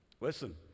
Listen